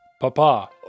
Papa